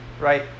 right